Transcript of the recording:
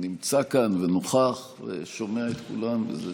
הוא נמצא כאן ונוכח ושומע את כולם, וזה